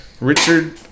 Richard